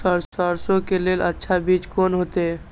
सरसों के लेल अच्छा बीज कोन होते?